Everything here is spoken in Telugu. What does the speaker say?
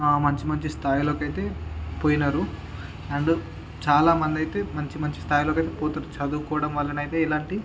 మంచి మంచి స్థాయిలోకైతే పోయినారు అండ్ చాలా మందైతే మంచి మంచి స్థాయిలోకైతే పోతు చదువుకోవడం వల్లనైతే ఇలాంటి